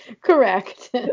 correct